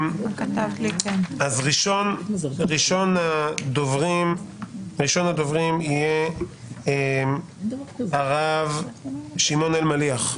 ראשון הדוברים יהיה הרב שמעון אלמליח,